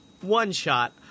One-Shot